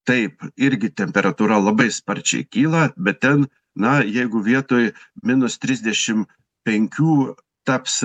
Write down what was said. taip irgi temperatūra labai sparčiai kyla bet ten na jeigu vietoj minus trisdešim penkių taps